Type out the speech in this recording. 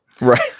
right